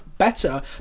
better